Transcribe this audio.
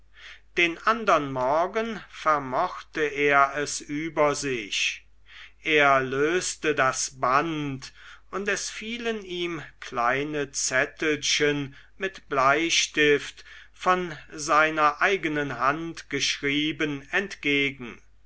den andern morgen vermochte er es über sich er löste das band und es fielen ihm kleine zettelchen mit bleistift von seiner eigenen hand geschrieben entgegen